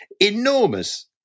enormous